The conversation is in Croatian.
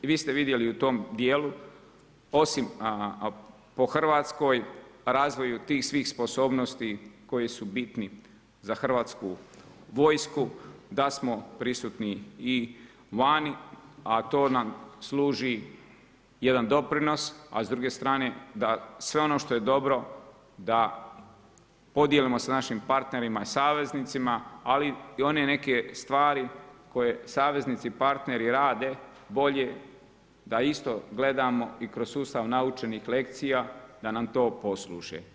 I vi ste vidjeli u tom dijelu osim po Hrvatskoj razvoju tih svih sposobnosti koji su bitni za Hrvatsku vojsku da smo prisutni i vani, a to nam služi jedan doprinos, a s druge strane da sve ono što je dobro da podijelimo sa našim partnerima i saveznicima, ali i one neke stvari koje saveznici, partneri rade bolje da isto gledamo i kroz sustav naučenih lekcija da nam to posluži.